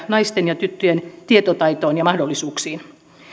naisten ja tyttöjen tietotaitoon ja mahdollisuuksiin